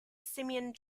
simeon